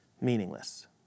meaningless